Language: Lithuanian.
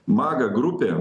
maga grupė